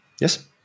Yes